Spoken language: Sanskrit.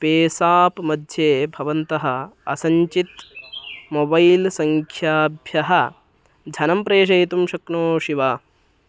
पेसाप् मध्ये भवन्तः असञ्चित् मोबैल् सङ्ख्याभ्यः धनं प्रेषयितुं शक्नोषि वा